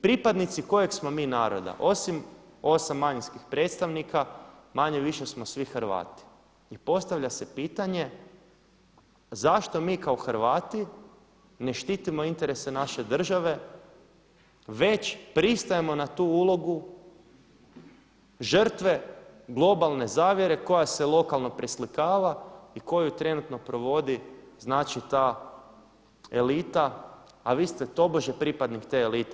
Pripadnici kojeg smo mi naroda osim osam manjinskih predstavnika manje-više smo svi Hrvati i postavlja se pitanje zašto mi kao Hrvati ne štitimo interese naše države već pristajemo na tu ulogu žrtve globalne zavjere koja se lokalno preslikava i koju trenutno provodi znači ta elita a vi ste tobože pripadnik te elite.